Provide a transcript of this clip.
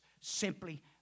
simply